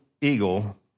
eagle